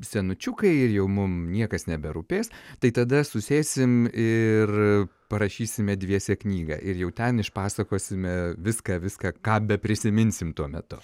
senučiukai ir jau mum niekas neberūpės tai tada susėsim ir parašysime dviese knygą ir jau ten išpasakosime viską viską ką beprisiminsim tuo metu